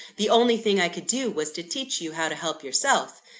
the only thing i could do was to teach you how to help yourself.